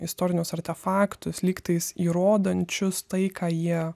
istorinius artefaktus lygtais įrodančius tai ką jie